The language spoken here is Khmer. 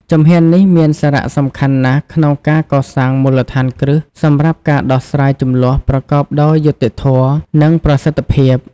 ជំហាននេះមានសារៈសំខាន់ណាស់ក្នុងការកសាងមូលដ្ឋានគ្រឹះសម្រាប់ការដោះស្រាយជម្លោះប្រកបដោយយុត្តិធម៌ និងប្រសិទ្ធភាព។